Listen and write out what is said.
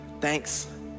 thanks